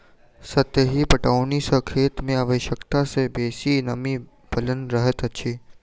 सतही पटौनी सॅ खेत मे आवश्यकता सॅ बेसी नमी बनल रहैत अछि